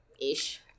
ish